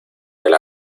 del